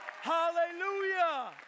hallelujah